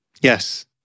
Yes